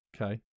Okay